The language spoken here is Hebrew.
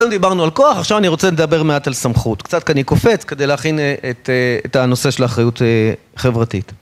עכשיו דיברנו על כוח, עכשיו אני רוצה לדבר מעט על סמכות, קצת כי אני קופץ כדי להכין... אה... את הנושא של האחריות... חברתית